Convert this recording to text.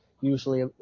usually